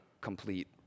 complete